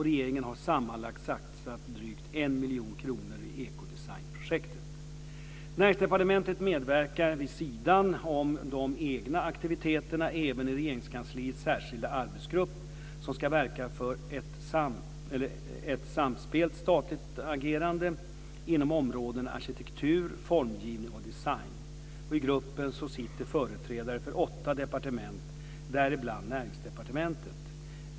Regeringen har sammanlagt satsat drygt 1 miljon kronor i Näringsdepartementet medverkar vid sidan om de egna aktiviteterna även i Regeringskansliets särskilda arbetsgrupp, som ska verka för ett samspelt statligt agerande inom områdena arkitektur, formgivning och design. I gruppen sitter företrädare för åtta departement, däribland Näringsdepartementet.